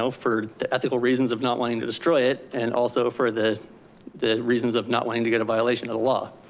so for the ethical reasons of not wanting to destroy it. and also for the the reasons of not wanting to get a violation of the law.